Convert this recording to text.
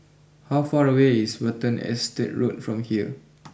how far away is Watten Estate Road from here